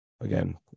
again